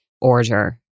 order